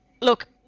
Look